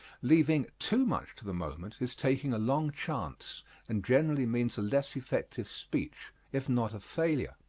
leaving too much to the moment is taking a long chance and generally means a less effective speech, if not a failure.